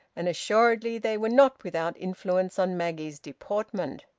and assuredly they were not without influence on maggie's deportment.